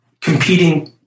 competing